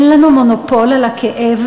אין לנו מונופול על הכאב,